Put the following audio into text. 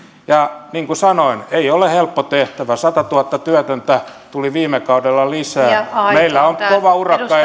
ja niin kuin sanoin ei ole helppo tehtävä satatuhatta työtöntä tuli viime kaudella lisää meillä on kova urakka